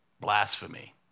Blasphemy